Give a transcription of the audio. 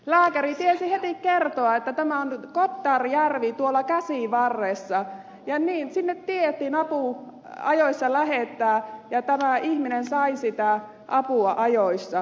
lääkäri tiesi heti kertoa että tämä kottarjärvi tuolla käsivarressa ja niin sinne tiedettiin apu ajoissa lähettää ja tämä ihminen sai sitä apua ajoissa